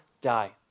Die